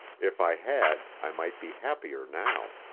if i had, i might be happier now.